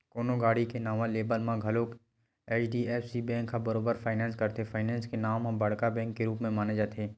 कोनो गाड़ी के नवा लेवब म घलोक एच.डी.एफ.सी बेंक ह बरोबर फायनेंस करथे, फायनेंस के नांव म बड़का बेंक के रुप माने जाथे